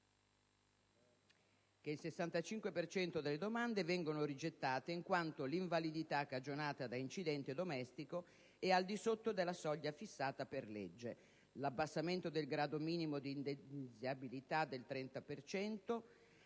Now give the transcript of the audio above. cento delle domande viene rigettato in quanto l'invalidità cagionata da incidente domestico è al di sotto della soglia fissata per legge. L'abbassamento del grado minimo di indennizzabilità dal 33